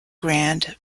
grande